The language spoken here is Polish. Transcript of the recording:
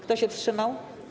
Kto się wstrzymał?